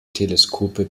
teleskope